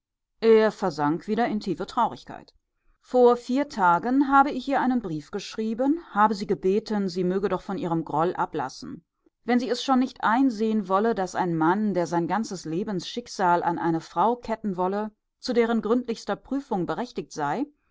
er versank wieder in tiefe traurigkeit vor vier tagen habe ich ihr einen brief geschrieben habe sie gebeten sie möge doch von ihrem groll ablassen wenn sie es schon nicht einsehen wolle daß ein mann der sein ganzes lebensschicksal an eine frau ketten wolle zu deren gründlichster prüfung berechtigt sei